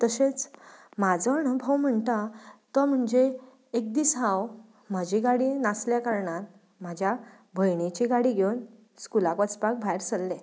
तशेंच म्हजो अणभव म्हणटा तो म्हणजे एक दीस हांव म्हजी गाडी नासल्या कारणान म्हाज्या भयणीची गाडी घेवन स्कुलाक वचपाक भायर सल्लें